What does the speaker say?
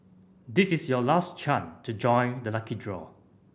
this is your last chance to join the lucky draw